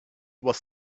was